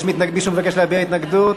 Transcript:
מישהו מבקש להביע התנגדות?